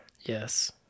Yes